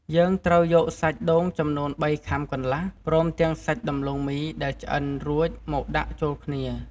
យើងត្រូវយកសាច់ដូងចំនួន ៣ខាំកន្លះ ព្រមទាំងសាច់ដំឡូងមីដែលឆ្អិនរួចមកដាក់ចូលគ្នា។